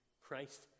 Christ